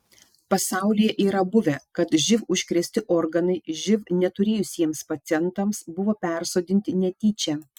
pasaulyje yra buvę kad živ užkrėsti organai živ neturėjusiems pacientams buvo persodinti netyčia